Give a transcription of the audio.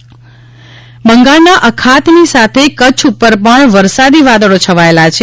વરસાદ બંગાળના અખાતની સાથે કચ્છ ઉપર પણ વરસાદી વાદળો છવાયેલા છે